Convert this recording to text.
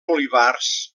olivars